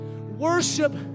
worship